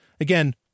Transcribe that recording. again